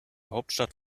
hauptstadt